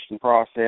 process